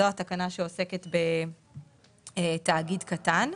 זאת התקנה שעוסקת בתאגיד קטן.